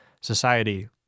society